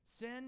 Sin